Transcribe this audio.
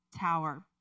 tower